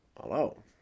Hello